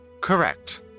Correct